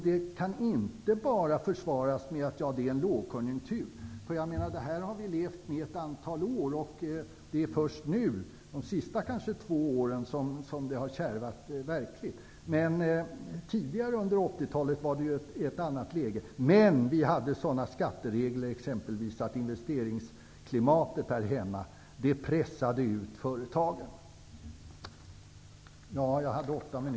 Det kan inte försvaras med att det är lågkonjunktur. Det här har vi levt med ett antal år, och det är först de senaste två åren som det verkligen har kärvat; tidigare under 80-talet var läget ett annat. Men vi hade exempelvis sådana skatteregler att investeringsklimatet här hemma pressade ut företagen.